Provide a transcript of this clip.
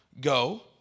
go